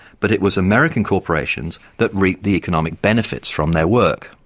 but it was american corporations that reaped the economic benefits from their work.